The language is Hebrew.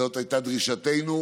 זאת הייתה דרישתנו,